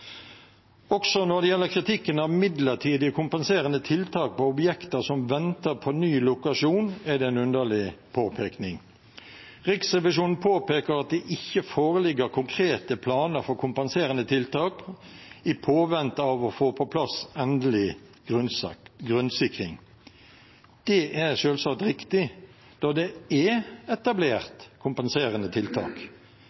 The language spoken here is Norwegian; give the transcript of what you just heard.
Også når det gjelder kritikken av midlertidige, kompenserende tiltak for objekter som venter på ny lokasjon, er det en underlig påpekning. Riksrevisjonen påpeker at det ikke foreligger konkrete planer for kompenserende tiltak i påvente av å få på plass endelig grunnsikring. Det er selvsagt riktig, da det er